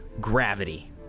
gravity